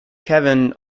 kevin